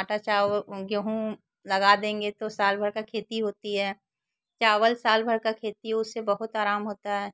आटा चावल गेहूँ लगा देंगे तो सालभर की खेती होती है चावल सालभर की खेती उससे बहुत आराम होता है